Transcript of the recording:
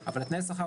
אבל תנאי השכר,